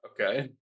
okay